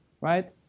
right